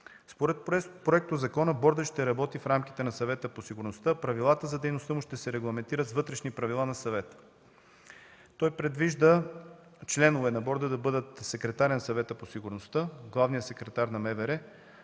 Според проектозакона Бордът ще работи в рамките на Съвета по сигурността, а правилата за дейността му ще се регламентират с вътрешни правила на Съвета. Той предвижда членове на Борда да бъдат секретарят на Съвета по сигурността, главният секретар на МВР,